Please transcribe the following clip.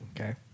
Okay